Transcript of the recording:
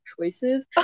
choices